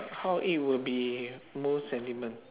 how it will be most sentiment